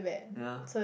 ya